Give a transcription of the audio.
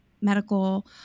medical